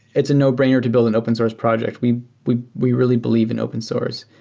it's a no-brainer to build an open source project. we we we really believe in open source.